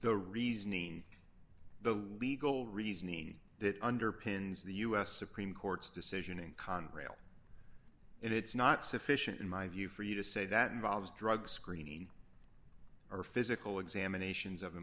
the reasoning the legal reasoning that underpins the u s supreme court's decision in conrail it's not sufficient in my view for you to say that involves drug screening or physical examinations of